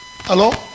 Hello